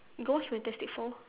ghost fantastic four